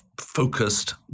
focused